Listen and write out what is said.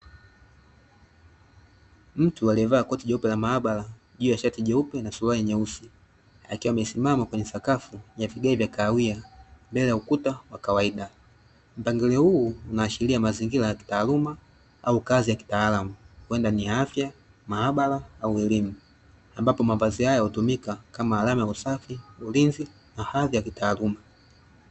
Mtu aliyevaa koti jeupe la maabara juu ya shati jeupe na suruali nyeusi, akiwa amesimama kwenye sakafu ya vigae vya kahawia mbele ya ukuta wa kawaida. Mpangilio huu unaashiria mazingira ya kitaaluma au kazi ya kitaalamu huenda ni ya afya, maabara au elimu, ambapo mavazi haya hutumika kama alama ya usafi, ulinzi na hadhi ya kitaaluma.